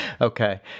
Okay